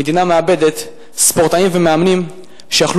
המדינה מאבדת ספורטאים ומאמנים שהיו